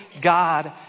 God